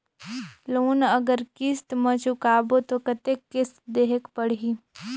Loan अगर किस्त म चुकाबो तो कतेक किस्त देहेक पढ़ही?